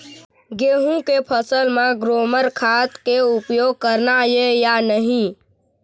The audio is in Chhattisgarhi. गेहूं के फसल म ग्रोमर खाद के उपयोग करना ये या नहीं?